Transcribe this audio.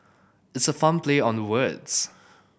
it's a fun play on the words